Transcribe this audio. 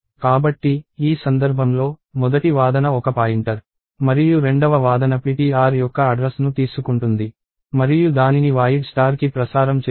కాబట్టి ఈ సందర్భంలో మొదటి వాదన ఒక పాయింటర్ మరియు రెండవ వాదన ptr యొక్క అడ్రస్ ను తీసుకుంటుంది మరియు దానిని void కి ప్రసారం చేస్తుంది